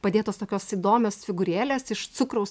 padėtos tokios įdomios figūrėlės iš cukraus